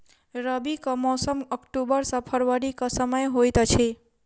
रबीक मौसम अक्टूबर सँ फरबरी क समय होइत अछि